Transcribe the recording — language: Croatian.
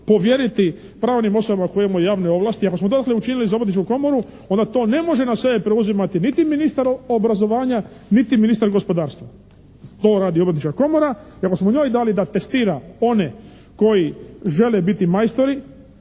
povjeriti pravnim osobama koje imaju javne ovlasti, ako smo to dakle učinili za Obrtničku komoru onda to ne može na sebe preuzimati niti ministar obrazovanja, niti ministar gospodarstva. To radi Obrtnička komora i ako smo njoj dali da testira one koji žele biti majstori